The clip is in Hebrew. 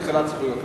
זכויות,